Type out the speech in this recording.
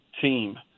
team